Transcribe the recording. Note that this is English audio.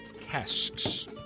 casks